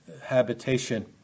habitation